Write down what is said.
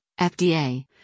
FDA